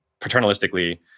paternalistically